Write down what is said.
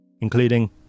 including